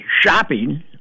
shopping